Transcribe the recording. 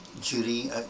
Judy